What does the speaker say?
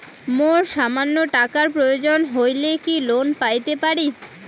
মোর সামান্য টাকার প্রয়োজন হইলে কি লোন পাইতে পারি?